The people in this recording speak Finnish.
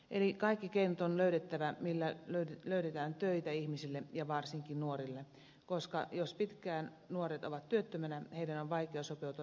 eli kaikki keinot on löydettävä joilla löydetään töitä ihmisille ja varsinkin nuorille koska jos nuoret ovat pitkään työttöminä heidän on vaikea sopeutua työelämään